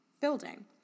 building